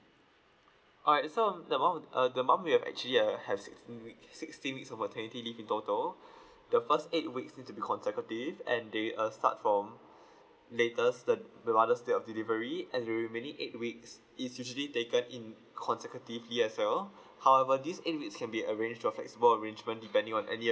all right so um the mom uh the mum will have actually uh have sixteen week sixteen weeks of maternity leave in total the first eight weeks need to be consecutive and they uh start from latest the the mother's date of delivery and the remaining eight weeks is usually taken in consecutively as well however this eight weeks can be arranged in your flexible arrangement depending on any